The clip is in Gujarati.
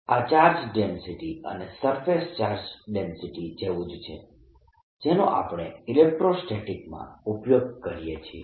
આ ચાર્જ ડેન્સિટી અને સરફેસ ચાર્જ ડેન્સિટી જેવું જ છે જેનો આપણે ઇલેક્ટ્રોસ્ટેટિક્સમાં ઉપયોગ કરીએ છીએ